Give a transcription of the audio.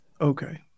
Okay